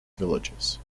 villages